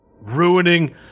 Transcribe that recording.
Ruining